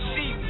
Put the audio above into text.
See